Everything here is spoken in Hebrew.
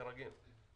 כרגיל.